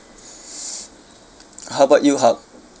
how about you haq